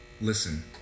listen